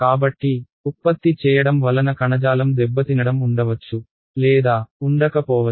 కాబట్టి ఉత్పత్తి చేయడం వలన కణజాలం దెబ్బతినడం ఉండవచ్చు లేదా ఉండకపోవచ్చు